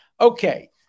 Okay